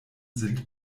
sind